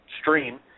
stream